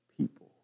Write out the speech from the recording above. people